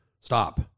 stop